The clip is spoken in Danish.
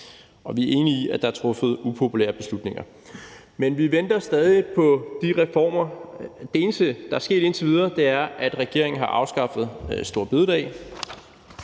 Og vi enige i, at der er truffet upopulære beslutninger, men vi venter stadig på de reformer. Det eneste, der er sket indtil videre, er, at regeringen har afskaffet store bededag.